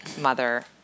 mother